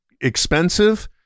expensive